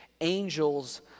angels